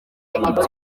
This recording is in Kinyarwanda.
ibyo